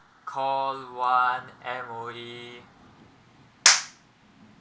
call one M_O_E